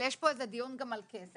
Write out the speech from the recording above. שנייה, אבל יש פה את הדיון גם על כסף.